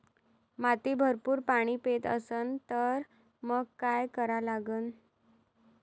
माती भरपूर पाणी पेत असन तर मंग काय करा लागन?